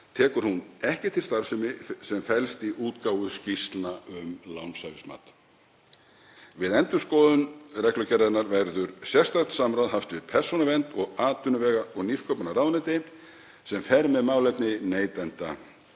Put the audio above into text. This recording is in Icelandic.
tekur hún ekki til starfsemi sem felst í útgáfu skýrslna um lánshæfismat. Við endurskoðun reglugerðarinnar verður sérstakt samráð haft við Persónuvernd og atvinnuvega- og nýsköpunarráðuneyti, sem fer með málefni neytenda.